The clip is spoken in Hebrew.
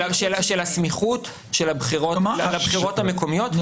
של סמיכות הבחירות לבחירות המקומיות,